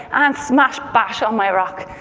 and smash, bash on my rock.